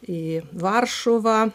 į varšuvą